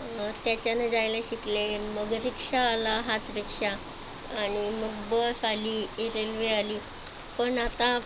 मग त्याच्यानं जायला शिकले मग रिक्षा आला हातरिक्षा आणि मग बस आली रेल्वे आली पण आता